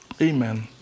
Amen